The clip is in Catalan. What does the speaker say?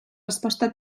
resposta